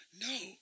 No